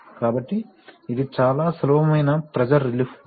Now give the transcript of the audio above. కాబట్టి ఇది చాలా సులభమైన ప్రెషర్ రిలీఫ్ వాల్వ్